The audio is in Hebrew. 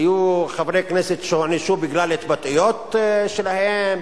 היו חברי כנסת שהוענשו בגלל התבטאויות שלהם,